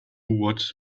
what